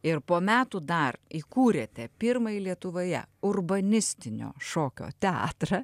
ir po metų dar įkūrėte pirmąjį lietuvoje urbanistinio šokio teatrą